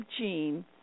gene